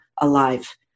alive